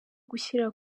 gushyira